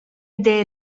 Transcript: der